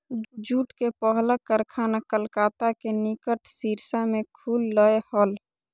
jute के पहला कारखाना कलकत्ता के निकट रिसरा में खुल लय हल